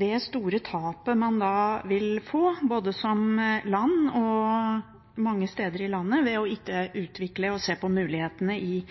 det store tapet man da vil få – både som land og på mange steder i landet – ved ikke å utvikle og se på mulighetene i